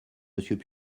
monsieur